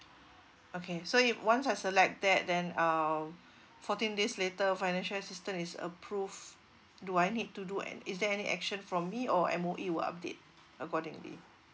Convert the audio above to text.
okay so if once I select that then um fourteen days later financial assistance is approve do I need to do is there any action from me or M_O_E will update accordingly